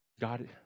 God